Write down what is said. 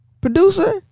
producer